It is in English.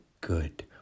good